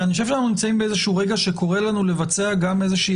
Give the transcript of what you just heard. אני חושב שאנחנו נמצאים באיזשהו רגע שקורא לנו לבצע גם איזושהי